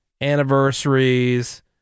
anniversaries